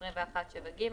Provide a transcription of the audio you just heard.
21(7)(ג)